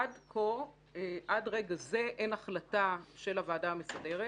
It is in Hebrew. עד כה אין החלטה של הוועדה המסדרת